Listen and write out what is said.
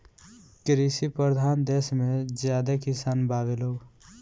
कृषि परधान देस मे ज्यादे किसान बावे लोग